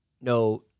no